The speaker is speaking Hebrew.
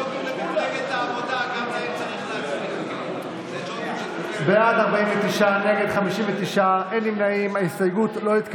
קבוצת סיעת הציונות הדתית וקבוצת סיעת הליכוד לפני סעיף 1 לא נתקבלה.